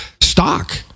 stock